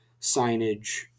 signage